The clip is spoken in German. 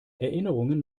erinnerungen